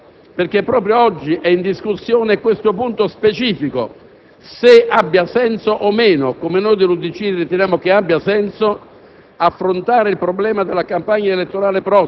questo è un fatto di enorme rilievo, perché proprio oggi è in discussione questo punto specifico, ossia se abbia senso o meno, e noi dell'UDC riteniamo che lo abbia,